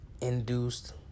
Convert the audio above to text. induced